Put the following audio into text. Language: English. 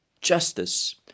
justice